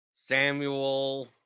Samuel